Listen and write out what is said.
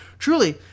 Truly